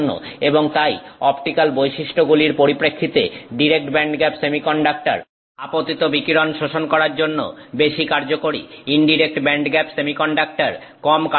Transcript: এবং তাই অপটিক্যাল বৈশিষ্ট্যগুলির পরিপ্রেক্ষিতে ডিরেক্ট ব্যান্ডগ্যাপ সেমিকন্ডাক্টর আপতিত বিকিরণ শোষণ করার জন্য বেশি কার্যকরী ইনডিরেক্ট ব্যান্ডগ্যাপ সেমিকন্ডাক্টর কম কার্যকরী